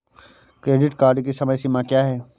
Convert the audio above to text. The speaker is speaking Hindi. क्रेडिट कार्ड की समय सीमा क्या है?